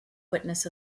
witness